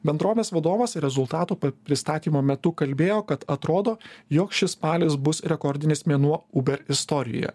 bendrovės vadovas rezultatų pristatymo metu kalbėjo kad atrodo jog šis spalis bus rekordinis mėnuo uber istorijoje